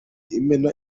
imena